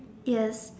yes